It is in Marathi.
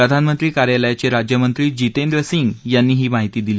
प्रधानमंत्री कार्यालयाचे राज्यमंत्री जितेंद्र सिंग यांनी ही माहिती दिली